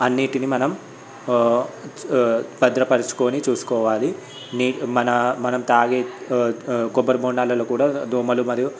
అన్నిటిని మనం భద్రపరచుకొని చూసుకోవాలి మన మనం తాగే కొబ్బరి బోండాలలో కూడా దోమలు మరియు